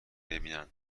ببینن